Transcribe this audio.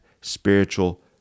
spiritual